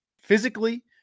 Physically